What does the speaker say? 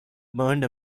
burned